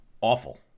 Awful